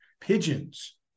pigeons